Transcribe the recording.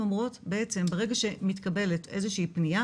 הן אמורות בעצם ברגע שמתקבלת איזו שהיא פנייה